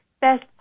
best